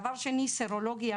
דבר שני, סרולוגיה.